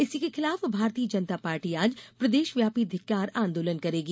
इसी के खिलाफ भारतीय जनता पार्टी आज प्रदेशव्यापी धिक्कार आंदोलन करेगी